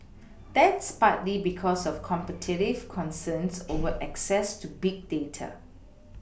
that's partly because of competitive concerns over access to big data